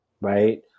right